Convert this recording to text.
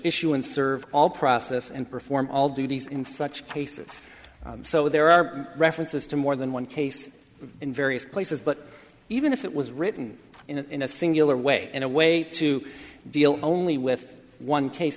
issue and serve all process and perform all duties in such cases so there are references to more than one case in various places but even if it was written in a singular way in a way to deal only with one case